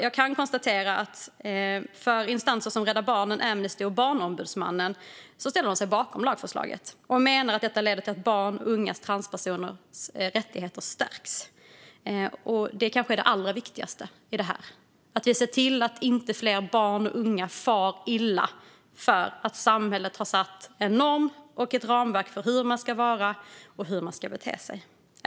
Jag kan konstatera att remissinstanser som Rädda Barnen, Amnesty och Barnombudsmannen ställer sig bakom lagförslaget och menar att det leder till att rättigheterna stärks för transpersoner som är barn eller unga. Det kanske är det allra viktigaste i detta - att vi ser till att inte fler barn och unga far illa för att samhället har satt en norm och ett ramverk för hur man ska vara och hur man ska bete sig.